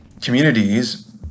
communities